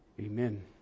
amen